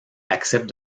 accepte